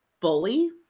fully